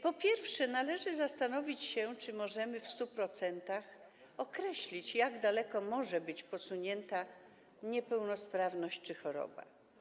Po pierwsze, należy zastanowić się, czy możemy w 100% określić, jak daleko może być posunięta niepełnosprawność czy choroba.